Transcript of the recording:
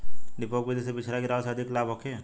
डेपोक विधि से बिचरा गिरावे से अधिक लाभ होखे?